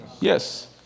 Yes